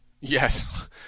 Yes